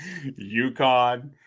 UConn